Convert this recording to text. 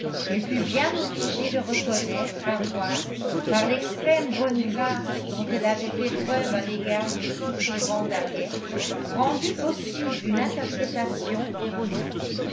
elle fut bien obligée de reconnaitre avoir par l'extrême bonne grâce dont elle avait fait preuve à l'égard du soupirant d'harriet rendu possible une interprétation erronée